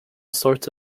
sorts